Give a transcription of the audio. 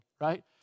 right